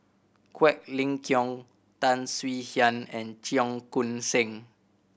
Quek Ling Kiong Tan Swie Hian and Cheong Koon Seng